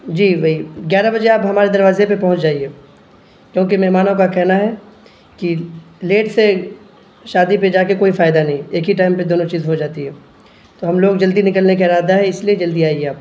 جی وہی گیارہ بجے آپ ہمارے دروازے پہ پہنچ جائیے کیونکہ مہمانوں کا کہنا ہے کہ لیٹ سے شادی پہ جا کے کوئی فائدہ نہیں ایک ہی ٹائم پہ دونوں چیز ہوجاتی ہے تو ہم لوگ جلدی نکلنے کا ارادہ ہے اس لیے جلدی آئیے آپ